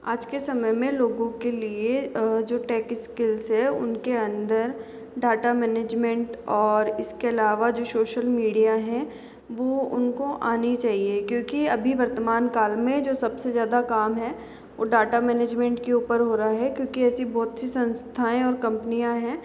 आज के समय में लोगों के लिए जो टेक स्किल्स है उनके अंदर डाटा मैनेजमेंट और इसके अलावा जो सोशल मीडिया हैं वो उनको आनी चाहिए क्योंकि अभी वर्तमान काल में जो सबसे ज़्यादा काम है वो डाटा के ऊपर हो रहा है क्योंकि ऐसी बहुत सी संस्थाएं और कंपनीयाँ हैं